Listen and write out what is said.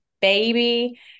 baby